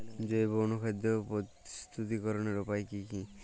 জৈব অনুখাদ্য প্রস্তুতিকরনের উপায় কী কী?